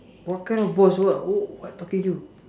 what kind of boss what wh~ what talking you